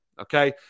okay